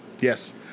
Yes